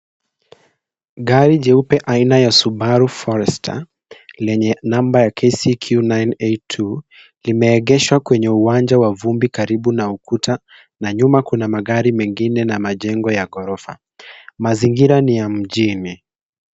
Gari jeupe aina ya Subaru forester lenye namba ya KCQ 982 limeegeshwa kwenye uwanja wa vumbi karibu na ukuta na nyuma kuna magari mengine na majengo ya ghorofa. Mazingira ni ya mjini.